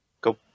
Go